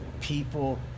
people